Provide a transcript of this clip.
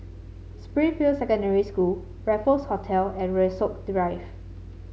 Springfield Secondary School Raffles Hotel and Rasok Drive